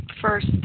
first